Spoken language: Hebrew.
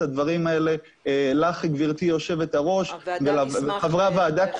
הדברים האלה אליך גברתי יושבת הראש ולכל חברי הוועדה.